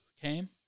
came